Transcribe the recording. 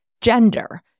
gender